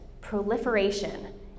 proliferation